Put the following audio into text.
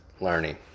learning